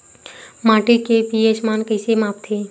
माटी के पी.एच मान कइसे मापथे?